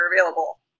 available